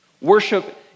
Worship